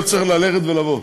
כדי שאני לא אצטרך ללכת ולבוא.